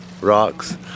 rocks